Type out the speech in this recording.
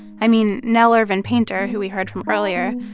i mean, nell irvin painter, who we heard from earlier,